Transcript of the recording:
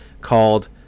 called